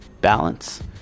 Balance